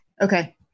Okay